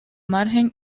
margen